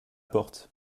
porte